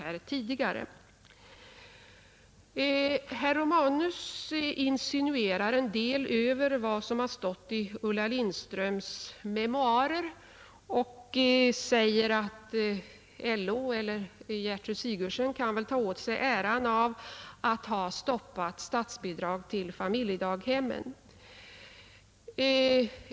Herr Romanus insinuerar en del med anledning av vad som har stått i Ulla Lindströms memoarer och säger att LO eller Gertrud Sigurdsen kan väl ta åt sig en del av äran av att ha stoppat statsbidrag till familjedaghemmen.